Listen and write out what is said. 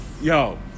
Yo